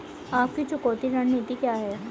आपकी चुकौती रणनीति क्या है?